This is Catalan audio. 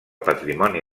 patrimoni